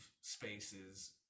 spaces